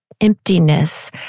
emptiness